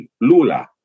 Lula